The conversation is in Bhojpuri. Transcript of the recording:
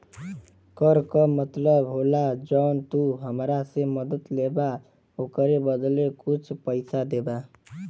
कर का मतलब होला जौन तू हमरा से मदद लेबा ओकरे बदले कुछ पइसा देबा